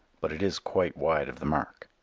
but it is quite wide of the mark.